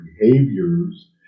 behaviors